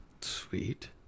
Sweet